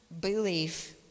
Belief